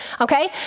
Okay